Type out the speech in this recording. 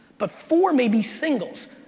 but four may be singles.